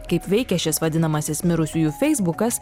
kaip veikia šis vadinamasis mirusiųjų feisbukas